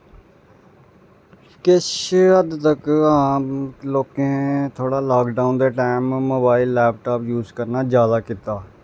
किश हद्द तक हां लोकें थोह्ड़ा लॉकडाउन दे टाईम मोबाइल लैपटाप यूस करना जादा कीता